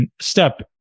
step